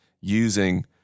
using